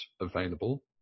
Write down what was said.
available